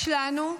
יש לנו,